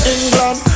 England